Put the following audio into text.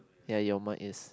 ya your mike is